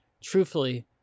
truthfully